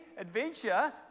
adventure